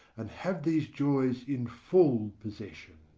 and have these joys in full possession.